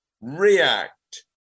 react